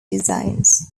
designs